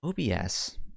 OBS